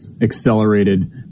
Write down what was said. accelerated